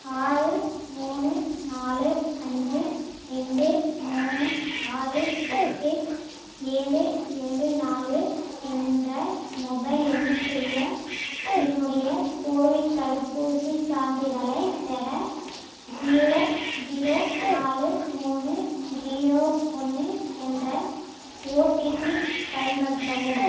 ஆறு மூணு நாலு அஞ்சு ரெண்டு மூணு ஆறு எட்டு ஏழு ஏழு நாலு என்ற மொபைல் எண்ணுக்குரிய என்னுடைய கோவிட் தடுப்பூசிச் சான்றிதழைப் பெற ஜீரோ ஜீரோ நாலு மூணு ஜீரோ ஒன்று என்ற ஓடிபி பயன்படுத்தவும்